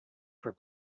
for